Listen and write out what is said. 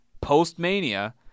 post-mania